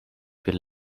been